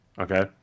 Okay